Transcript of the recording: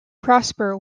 prosper